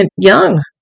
young